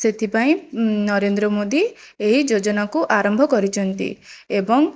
ସେଥିପାଇଁ ନରେନ୍ଦ୍ର ମୋଦୀ ଏହି ଯୋଜନାକୁ ଆରମ୍ଭ କରିଛନ୍ତି ଏବଂ